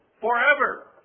forever